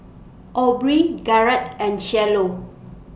Aubrey Garett and Cielo